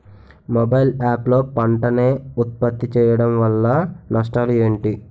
Mobile app లో పంట నే ఉప్పత్తి చేయడం వల్ల నష్టాలు ఏంటి?